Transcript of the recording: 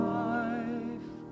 life